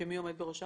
מי עומד בראשה?